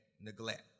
neglect